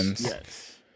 Yes